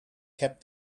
kept